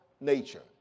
nature